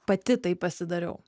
pati taip pasidariau